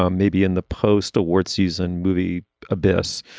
um maybe in the post awards season movie abyss.